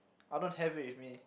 I don't have it with me